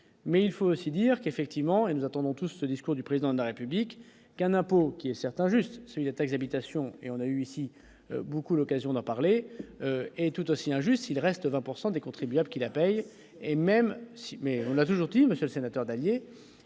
mais il faut aussi dire qu'effectivement, et nous attendons tout ce discours du président de la République qu'un impôt qui est certes juste c'était Xabi tation et on a eu aussi beaucoup l'occasion d'en parler et tout aussi injuste, il reste 20 pourcent des contribuables qui la paye et même si, mais on l'a toujours dit, monsieur le sénateur Dallier